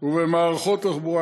ובמערכות תחבורה,